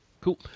Cool